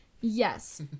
Yes